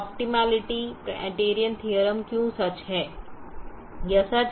यह optimality criterion theorem क्यों सच है